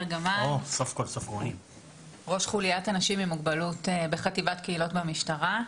אני ראש חוליית אנשים עם מוגבלות בחטיבת קהילות במשטרה.